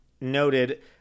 noted